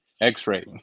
X-Ray